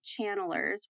channelers